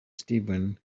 steven